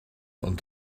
ond